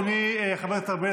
אדוני חבר הכנסת ארבל,